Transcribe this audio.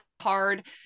hard